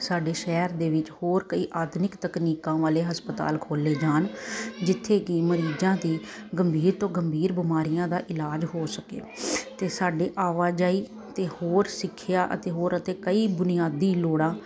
ਸਾਡੇ ਸ਼ਹਿਰ ਦੇ ਵਿੱਚ ਹੋਰ ਕਈ ਆਧੁਨਿਕ ਤਕਨੀਕਾਂ ਵਾਲੇ ਹਸਪਤਾਲ ਖੋਲ੍ਹੇ ਜਾਣ ਜਿੱਥੇ ਕਿ ਮਰੀਜਾਂ ਦੀ ਗੰਭੀਰ ਤੋਂ ਗੰਭੀਰ ਬਿਮਾਰੀਆਂ ਦਾ ਇਲਾਜ ਹੋ ਸਕੇ ਅਤੇ ਸਾਡੇ ਆਵਾਜਾਈ ਅਤੇ ਹੋਰ ਸਿੱਖਿਆ ਅਤੇ ਹੋਰ ਅਤੇ ਕਈ ਬੁਨਿਆਦੀ ਲੋੜਾਂ